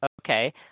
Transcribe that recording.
Okay